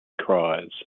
cries